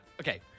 Okay